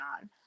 on